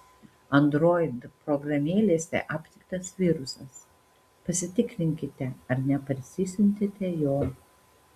android programėlėse aptiktas virusas pasitikrinkite ar neparsisiuntėte jo